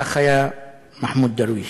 כך היה מחמוד דרוויש.